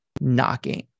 knocking